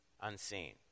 unseen